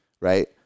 Right